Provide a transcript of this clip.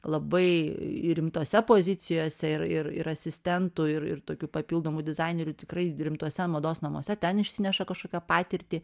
labai rimtose pozicijose ir ir ir asistentu ir ir tokių papildomų dizainerių tikrai rimtuose mados namuose ten išsineša kažkokią patirtį